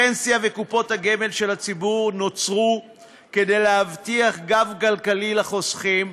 הפנסיה וקופות הגמל של הציבור נוצרו כדי להבטיח גב כלכלי לחוסכים.